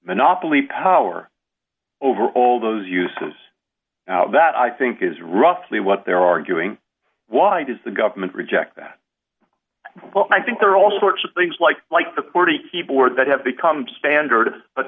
monopoly power over all those uses that i think is roughly what they're arguing why does the government reject that well i think there are all sorts of things like like the forty keyboard that have become standard but